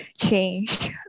change